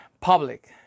public